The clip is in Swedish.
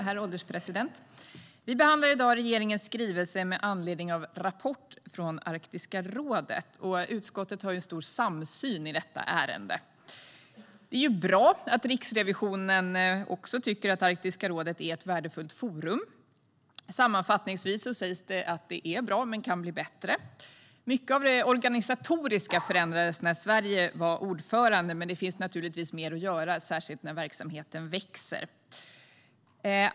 Herr ålderspresident! Vi behandlar i dag regeringens skrivelse med anledning av en rapport från Arktiska rådet. Utskottet har en stor samsyn i detta ärende. Det är bra att Riksrevisionen också tycker att Arktiska rådet är ett värdefullt forum. Sammanfattningsvis sägs det att det är bra men kan bli bättre. Mycket av det organisatoriska förbättrades när Sverige var ordförande. Men det finns naturligtvis mer att göra, särskilt när verksamheten växer.